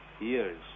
years